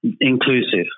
inclusive